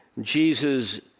Jesus